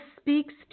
speaks